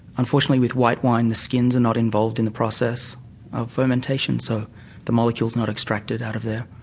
unfortunately with white wine the skins are not involved in the process of fermentation so the molecule is not extracted out of there.